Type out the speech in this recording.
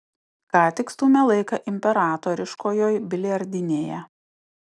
ką tik stūmė laiką imperatoriškojoj biliardinėje